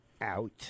out